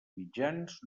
mitjans